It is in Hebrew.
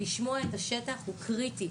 לשמוע את השטח הוא קריטי,